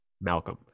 Malcolm